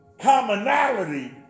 commonality